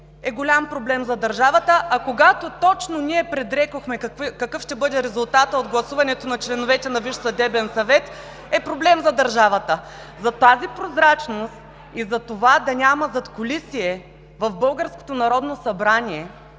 е голям проблем за държавата, а когато точно ние предрекохме какъв ще бъде резултатът от гласуването на членовете на Висш съдебен съвет, е проблем за държавата. За тази прозрачност и за това да няма задкулисие в